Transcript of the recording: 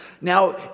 Now